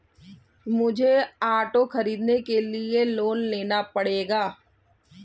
मुझे ऑटो खरीदने के लिए लोन लेना पड़ेगा